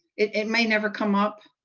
it may never come up,